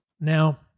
Now